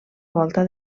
volta